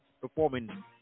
performing